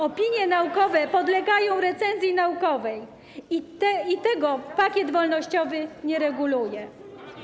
Opinie naukowe podlegają recenzji naukowej i tego pakiet wolnościowy nie reguluje.